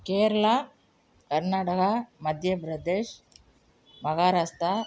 Kerala Karnataka Madhya Pradesh Maharashtra